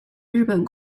日本